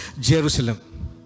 Jerusalem